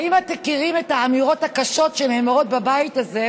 האם אתם מכירים את האמירות הקשות שנאמרות בבית הזה,